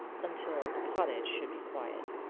until the cottage should be quiet.